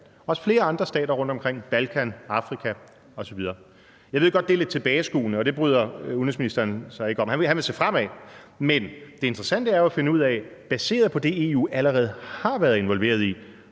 også flere andre stater rundtomkring – på Balkan, i Afrika osv. Jeg ved godt, at det er lidt tilbageskuende, og det bryder udenrigsministeren sig ikke om. Han vil se fremad, men det interessante er jo at finde ud af, baseret på det, EU allerede har været involveret i,